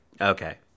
Okay